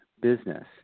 business